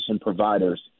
providers